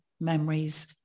memories